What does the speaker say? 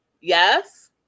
Yes